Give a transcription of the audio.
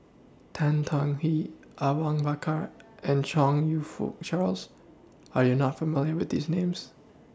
Tan Tong Hye Awang Bakar and Chong YOU Fook Charles Are YOU not familiar with These Names